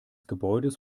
gebäudes